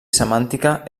semàntica